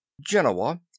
Genoa